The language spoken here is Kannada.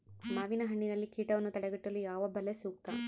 ಮಾವಿನಹಣ್ಣಿನಲ್ಲಿ ಕೇಟವನ್ನು ತಡೆಗಟ್ಟಲು ಯಾವ ಬಲೆ ಸೂಕ್ತ?